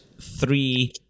three